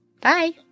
Bye